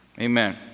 Amen